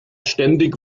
ständig